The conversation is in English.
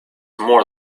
more